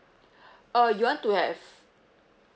uh you want to have